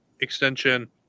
extension